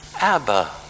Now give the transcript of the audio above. Abba